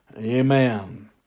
Amen